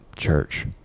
church